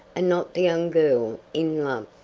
and not the young girl in love.